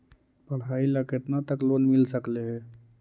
पढाई ल केतना तक लोन मिल सकले हे?